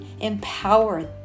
empower